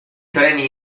treni